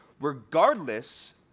Regardless